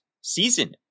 season